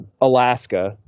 alaska